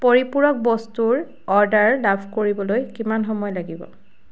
পৰিপূৰক বস্তুৰ অৰ্ডাৰ লাভ কৰিবলৈ কিমান সময় লাগিব